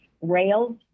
Rails